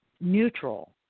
neutral